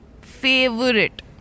Favorite